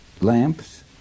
lamps